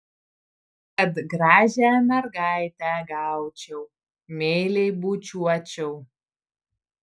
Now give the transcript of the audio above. kad gražią mergaitę gaučiau meiliai bučiuočiau